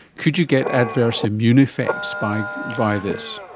could you get adverse immune effects by by this?